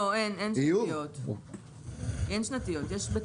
אותו מגדל זכאי לפיצויים ואותו מגדל זכאי להמשיך לגדל.